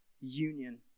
union